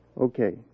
Okay